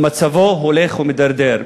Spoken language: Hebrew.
ומצבו הולך ומידרדר.